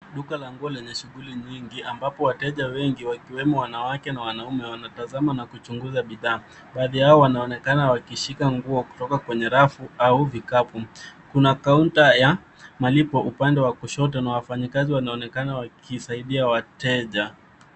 Duka la nguo lenye shughuli nyingi ambapo wateja wengi wakimemo wanawake na wanaume wanatazama na kuchunguza bidhaa. Baadhi yao wanaonekana wakishika nguo kutoka kwenye rafu au vikapu kuna counter [cs[ ya malipo upande wa kushoto na wafanyikazi wanaonekana wakisaidia wateja.